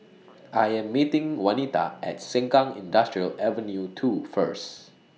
I Am meeting Wanita At Sengkang Industrial Ave two First